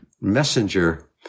messenger